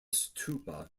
stupa